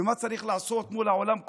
ומה צריך לעשות מול העולם כולו,